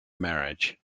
marriage